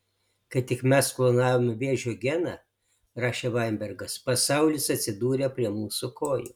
kai tik mes klonavome vėžio geną rašė vainbergas pasaulis atsidūrė prie mūsų kojų